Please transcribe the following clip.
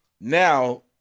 Now